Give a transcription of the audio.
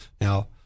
now